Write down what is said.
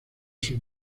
sus